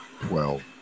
Twelve